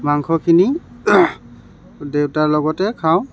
মাংসখিনি দেউতা লগতে খাওঁ